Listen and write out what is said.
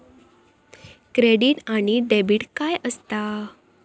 Credit आणि debit काय असता?